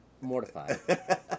Mortified